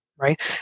right